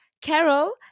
Carol